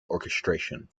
orchestration